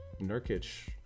Nurkic